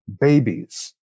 Babies